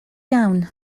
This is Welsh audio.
iawn